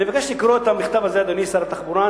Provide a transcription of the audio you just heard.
אני מבקש לקרוא את המכתב הזה, אדוני שר התחבורה.